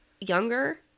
younger